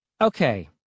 Okay